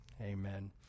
Amen